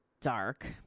dark